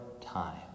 time